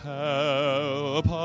help